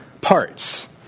parts